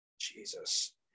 Jesus